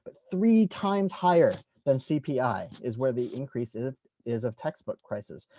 three times higher than cpi is where the increase ah is of textbook crisis.